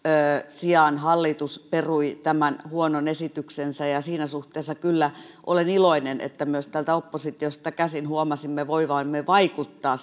sijaan hallitus perui tämän huonon esityksensä siinä suhteessa kyllä olen iloinen että myös täältä oppositiosta käsin huomasimme voivamme vaikuttaa